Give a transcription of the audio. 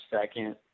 second –